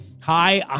Hi